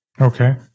Okay